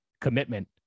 commitment